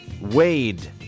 Wade